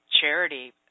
charity